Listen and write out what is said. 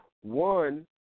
one